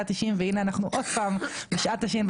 ה- 90 והנה אנחנו עוד פעם בשעת השין,